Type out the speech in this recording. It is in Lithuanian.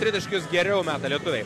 tritaškius geriau meta lietuviai